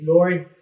Lord